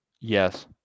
yes